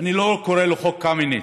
אני לא קורא לו "חוק קמיניץ",